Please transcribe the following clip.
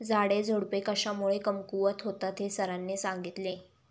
झाडेझुडपे कशामुळे कमकुवत होतात हे सरांनी सांगितले